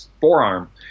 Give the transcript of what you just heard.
forearm